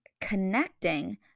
connecting